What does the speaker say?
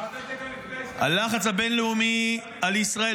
אמרת את זה גם לפני העסקה הקודמת --- הלחץ הבין-לאומי על ישראל,